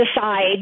decide